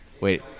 wait